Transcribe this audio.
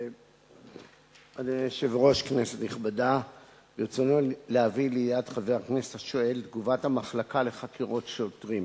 ביום י"ח בכסלו התשע"ב (14 בדצמבר 2011):